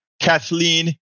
Kathleen